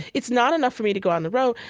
it's not enough for me to go in the road.